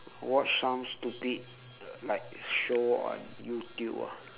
watch some stupid like show on youtube ah